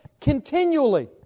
continually